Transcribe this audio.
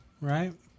right